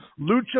Lucha